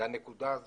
הפקידות